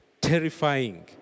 terrifying